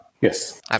Yes